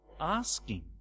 asking